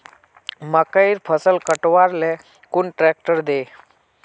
मकईर फसल काट ले कुन ट्रेक्टर दे?